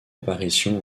apparition